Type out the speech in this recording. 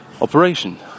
operation